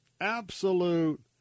absolute